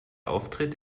auftritt